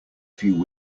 few